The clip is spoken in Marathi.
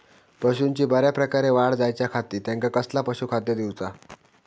पशूंची बऱ्या प्रकारे वाढ जायच्या खाती त्यांका कसला पशुखाद्य दिऊचा?